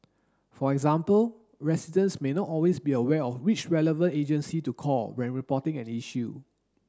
for example residents may not always be aware of which relevant agency to call when reporting an issue